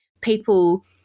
people